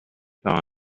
par